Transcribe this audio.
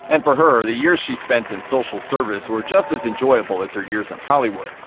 and for her, the years she spent in social service were just as enjoyable as her years in hollywood.